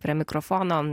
prie mikrofono